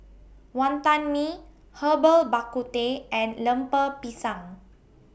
Wantan Mee Herbal Bak Ku Teh and Lemper Pisang